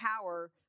power